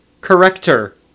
corrector